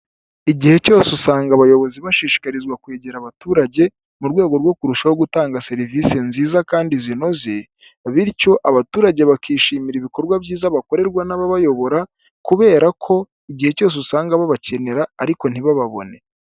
Igihe cyose usanga abayobozi bashishikarizwa kwegera abaturage mu rwego rwo kurushaho gutanga serivisi nziza kandi zinoze, bityo abaturage bakishimira ibikorwa byiza bakorerwa n'ababayobora, kubera ko igihe cyose usanga babakenera ariko ntibababone.